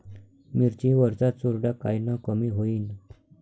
मिरची वरचा चुरडा कायनं कमी होईन?